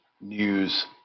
news